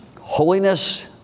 holiness